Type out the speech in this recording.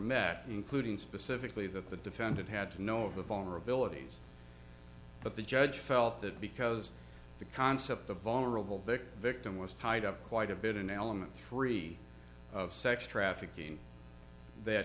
met including specifically that the defendant had to know of the vulnerabilities but the judge felt that because the concept of vulnerable victim victim was tied up quite a bit in element three of sex trafficking that